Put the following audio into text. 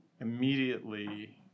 immediately